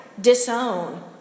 disown